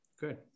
Good